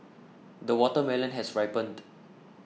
the watermelon has ripened